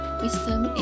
wisdom